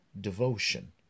devotion